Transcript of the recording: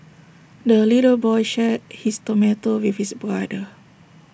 the little boy shared his tomato with his brother